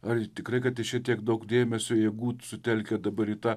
ar tikrai kad jis čia tiek daug dėmesio jėgų sutelkia dabar į tą